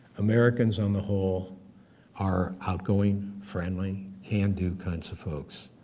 americans on the whole are outgoing, friendly, can-do kinds of folks.